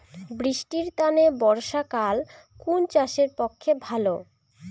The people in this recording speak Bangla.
বৃষ্টির তানে বর্ষাকাল কুন চাষের পক্ষে ভালো?